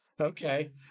Okay